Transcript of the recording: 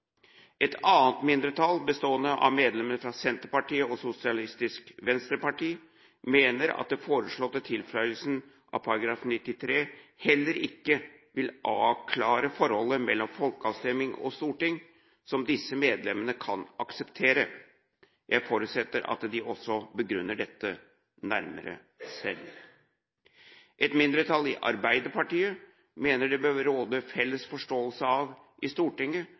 Et annet mindretall, bestående av medlemmene fra Senterpartiet og Sosialistisk Venstreparti, mener at den foreslåtte tilføyelsen av § 93 heller ikke vil avklare forholdet mellom folkeavstemning og storting, som disse medlemmene kan akseptere. Jeg forutsetter at de også begrunner dette nærmere selv. Et mindretall i Arbeiderpartiet mener at det i Stortinget bør råde en felles forståelse av